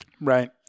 right